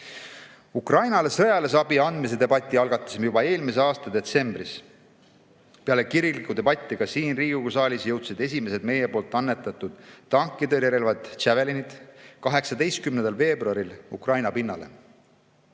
Ukrainale sõjalise abi andmise debati algatasime juba eelmise aasta detsembris. Peale kirglikku debatti siin Riigikogu saalis jõudsid esimesed meie annetatud tankitõrjerelvad Javelinid 18. veebruaril Ukraina pinnale.